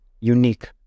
unique